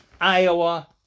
Iowa